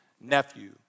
nephew